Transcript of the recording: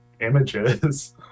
images